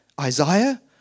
Isaiah